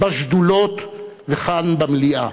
בשדולות, וכאן במליאה,